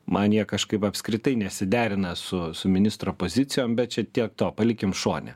man jie kažkaip apskritai nesiderina su su ministro pozicijom bet čia tiek to palikim šone